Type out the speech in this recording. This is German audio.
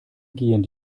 gehen